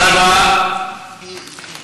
מה הבעיה שלך עם כספים?